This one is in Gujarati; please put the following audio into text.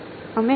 વિદ્યાર્થી અમે